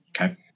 Okay